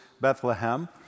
Bethlehem